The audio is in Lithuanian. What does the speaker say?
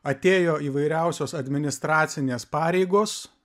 atėjo įvairiausios administracinės pareigos